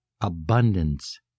Abundance